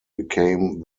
became